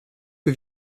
que